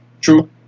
True